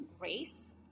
race